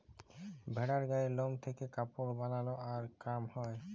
ভেড়ার গায়ের লম থেক্যে কাপড় বালাই আর কাম হ্যয়